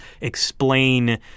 explain